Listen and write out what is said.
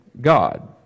God